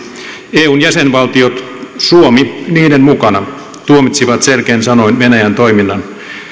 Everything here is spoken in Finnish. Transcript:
eun jäsenvaltiot suomi niiden mukana tuomitsivat selkein sanoin venäjän toiminnan